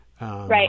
Right